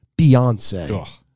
Beyonce